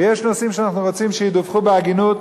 ויש נושאים שאנו רוצים שידווחו בהגינות,